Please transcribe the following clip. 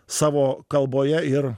savo kalboje ir